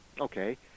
okay